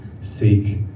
seek